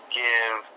give